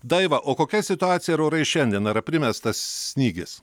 daiva o kokia situacija ir orai šiandien ar primestas snygis